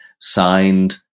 signed